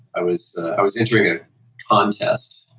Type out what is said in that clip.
i was i was entering a contest,